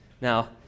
Now